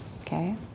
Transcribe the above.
okay